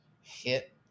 hit